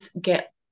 get